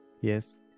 Yes